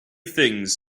things